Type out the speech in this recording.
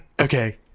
Okay